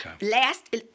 Last